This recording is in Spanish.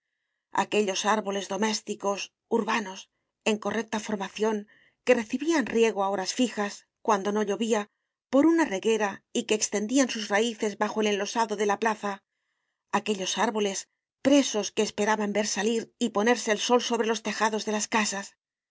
aquellos árboles domésticos urbanos en correcta formación que recibían riego a horas fijas cuando no llovía por una reguera y que extendían sus raíces bajo el enlosado de la plaza aquellos árboles presos que esperaban ver salir y ponerse el sol sobre los tejados de las casas